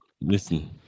Listen